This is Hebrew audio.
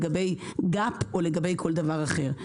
לגבי גאפ או כל מותג אחר,